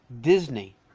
Disney